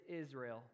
Israel